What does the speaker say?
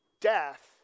death